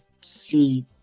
see